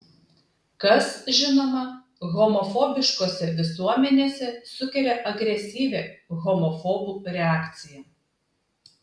kas žinoma homofobiškose visuomenėse sukelia agresyvią homofobų reakciją